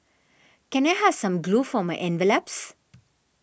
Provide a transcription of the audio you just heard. can I have some glue for my envelopes